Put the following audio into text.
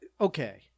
okay